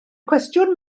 cwestiwn